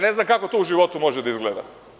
Ne znam kako to u životu može da izgleda.